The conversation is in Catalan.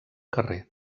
carrer